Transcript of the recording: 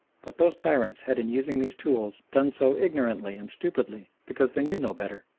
but those tyrants had in using those tools done so ignorantly and stupidly because they knew no better.